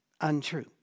untrue